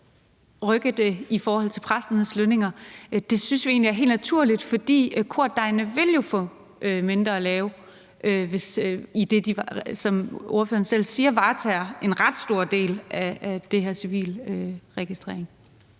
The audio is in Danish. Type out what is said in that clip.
rykke det i forhold til præsternes lønninger synes vi egentlig er helt naturligt, fordi kordegnene jo vil få mindre at lave, da de, som ordføreren selv siger, varetager en ret stor del af den her civilregistrering.